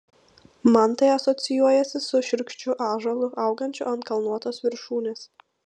man tai asocijuojasi su šiurkščiu ąžuolu augančiu ant kalnuotos viršūnės